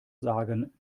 sagen